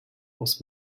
was